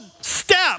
step